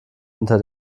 unter